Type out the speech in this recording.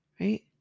right